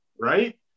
right